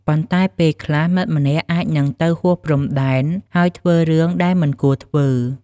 ប៉ុន្តែពេលខ្លះ មិត្តម្នាក់អាចនឹងទៅហួសព្រំដែន ហើយធ្វើរឿងដែលមិនគួរធ្វើ។